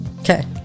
Okay